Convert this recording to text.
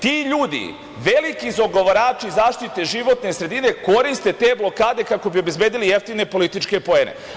Ti ljudi, veliki zagovarači zaštite životne sredine koriste te blokade kako bi obezbedili jeftine političke poene.